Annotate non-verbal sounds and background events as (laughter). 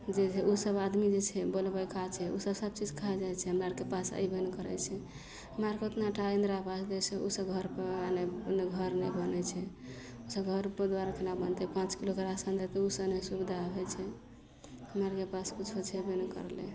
जे छै उसब आदमी जे छै (unintelligible) छै उसब सब चीज खा जाइ छै हमरा आरके पास अइबे नहि करय छै हमरा आरके उतना टा इन्दिरा आवास जे छै उसब घरपर नहि घर नहि बनय छै उसब घर केना बनतय पाँच किलोके राशन दैतय उ सँ नहि किछु सुबिधा होइ छै हमरा आरके पास कुछो छेबे नहि करलइ